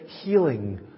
healing